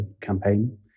campaign